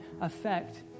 affect